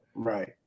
Right